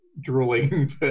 drooling